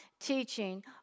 teaching